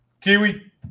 Kiwi